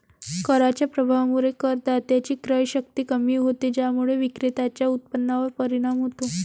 कराच्या प्रभावामुळे करदात्याची क्रयशक्ती कमी होते, ज्यामुळे विक्रेत्याच्या उत्पन्नावर परिणाम होतो